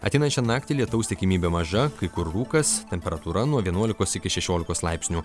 ateinančią naktį lietaus tikimybė maža kai kur rūkas temperatūra nuo vienuolikos iki šešiolikos laipsnių